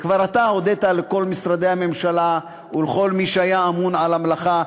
וכבר אתה הודית לכל משרדי הממשלה ולכל מי שהיה אמון על המלאכה.